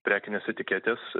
prekinės etiketės